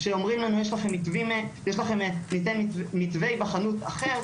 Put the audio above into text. כשאומרים לנו, ניתן מתווה היבחנות אחר.